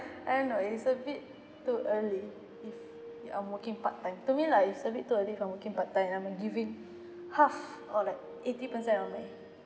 I don't know it's a bit too early if you are working part-time to me lah it's a bit too early for working part-time I mean giving half or like eighty percent of my